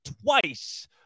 twice